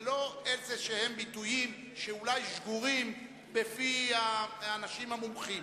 ולא ביטויים כלשהם שאולי שגורים בפי האנשים המומחים.